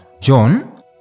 John